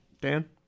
Dan